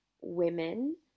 women